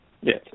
Yes